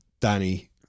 Danny